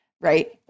right